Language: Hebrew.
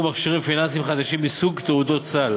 מכשירים פיננסיים חדשים מסוג תעודות סל